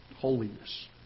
holiness